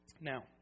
Now